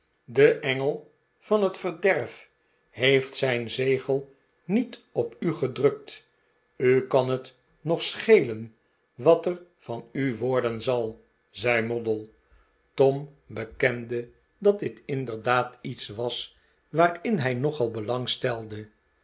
de engel van het verderf heeft zijn zegel niet op u gedrukt u kan het nog schemaarten chuzzlewit len wat er van u worden zal zei moddle tom bekende dat dit inderdaad iets was waarin hij nogal